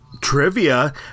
trivia